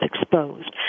exposed